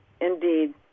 indeed